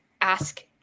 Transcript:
ask